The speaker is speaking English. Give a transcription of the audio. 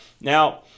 Now